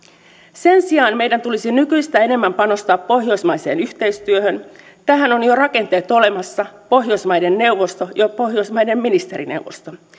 sen sijaan meidän tulisi nykyistä enemmän panostaa pohjoismaiseen yhteistyöhön tähän on jo rakenteet olemassa pohjoismaiden neuvosto ja pohjoismaiden ministerineuvosto